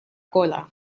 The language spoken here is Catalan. cola